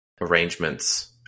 arrangements